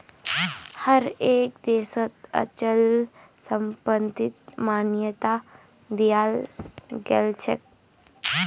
हर एक देशत अचल संपत्तिक मान्यता दियाल गेलछेक